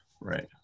Right